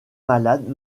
malade